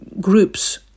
groups